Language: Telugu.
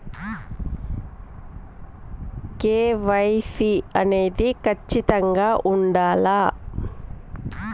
కే.వై.సీ అనేది ఖచ్చితంగా ఉండాలా?